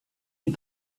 and